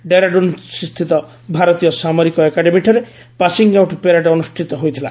ଡେରାଡୁନଥ ସ୍ଥିତ ଭାରତୀୟ ସାମରିକ ଏକାଡେମୀ ଠାରେ ପାସିଂଆଉଟ୍ ପ୍ୟାରେଡ୍ ଅନୁଷ୍ଠିତ ହୋଇଥିଲା